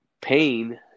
pain